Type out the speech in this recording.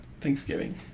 thanksgiving